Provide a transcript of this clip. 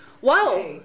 Wow